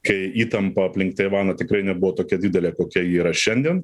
kai įtampa aplink taivaną tikrai nebuvo tokia didelė kokia ji yra šiandien